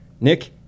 nick